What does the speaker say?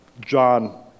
John